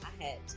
ahead